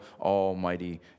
almighty